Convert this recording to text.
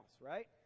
right